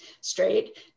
straight